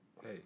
Hey